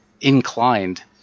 inclined